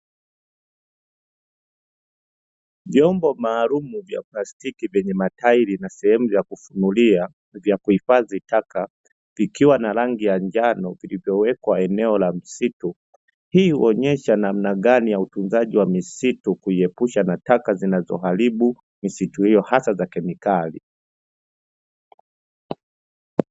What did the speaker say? Vyombo maalumu vya plastiki vyenye matajiri na sehemu ya kufunulia, vya kuhifadhi taka vikiwa na rangi ya njano vilivyowekwa eneo la msitu. Hii huonesha namna gani ya utunzaji wa misitu kuiepusha na taka zinazoharibu misitu hiyo hasa za kemikali.